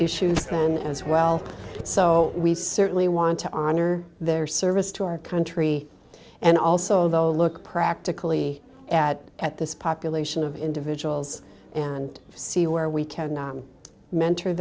issues then as well so we certainly want to honor their service to our country and also though look practically at at this population of individuals and see where we can mentor